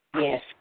Yes